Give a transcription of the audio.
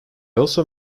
also